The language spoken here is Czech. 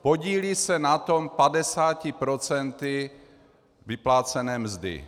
Podílí se na tom 50 procenty vyplácené mzdy.